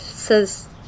says